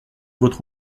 votre